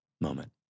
moment